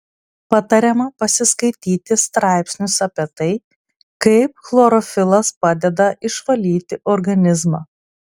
patariama pasiskaityti straipsnius apie tai kaip chlorofilas padeda išvalyti organizmą